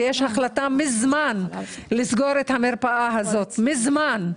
ויש החלטה לסגור את המרפאה הזו ממזמן.